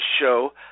show